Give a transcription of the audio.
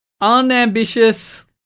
unambitious